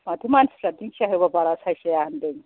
माथो मानसिफोरा दिंखिया होबा बारा साइज जाया होनदों